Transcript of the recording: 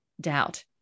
doubt